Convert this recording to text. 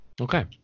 Okay